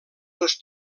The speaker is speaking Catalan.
les